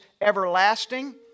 everlasting